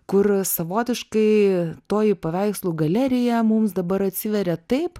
kur savotiškai toji paveikslų galerija mums dabar atsiveria taip